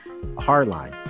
Hardline